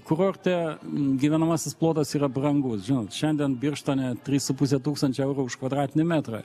kurorte gyvenamasis plotas yra brangus žinot šiandien birštone trys su puse tūkstančio eurų už kvadratinį metrą